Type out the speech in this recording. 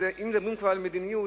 ואם מדברים על מדיניות,